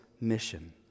mission